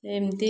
ଏମିତି